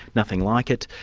nothing like it.